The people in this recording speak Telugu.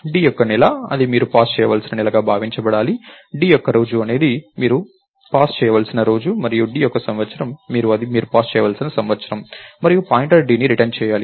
d యొక్క నెల అది మీరు పాస్ చేయవలసిన నెలగా భావించబడాలి d యొక్క రోజు మీరు అది మీరు పాస్ చేయవలసిన రోజు మరియు d యొక్క సంవత్సరం మీరు అది మీరు పాస్ చేయవలసిన సంవత్సరం మరియు పాయింటర్ dని రిటర్న్ చేయాలి